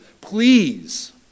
Please